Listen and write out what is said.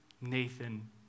Nathan